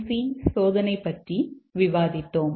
C சோதனை பற்றி விவாதித்தோம்